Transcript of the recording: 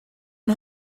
een